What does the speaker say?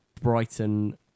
Brighton